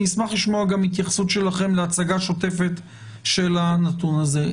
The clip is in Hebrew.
אשמח גם לשמוע התייחסות שלכם להצגה שוטפת של הנתון הזה.